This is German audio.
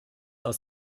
aus